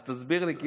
אז תסביר לי.